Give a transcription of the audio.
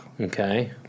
Okay